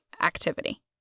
activity